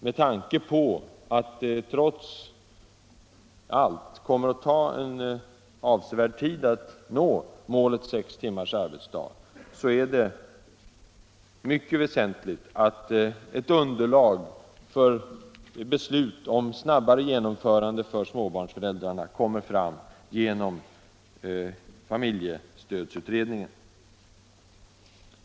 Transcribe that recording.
Med tanke på att det trots allt kommer att ta en avsevärd tid att nå målet sex timmars arbetsdag är det mycket väsentligt att ett underlag för beslut om snabbare genomförande för småbarnsföräldrarna kommer fram genom familjestödsutredningen.